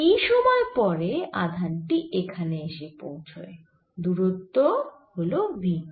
t সময় পরে আধান টি এখানে এসে পৌঁছয় দূরত্ব হল v t